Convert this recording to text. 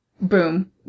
boom